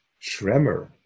tremor